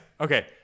Okay